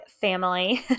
family